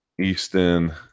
Easton